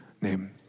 name